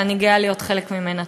ואני גאה להיות חלק ממנה.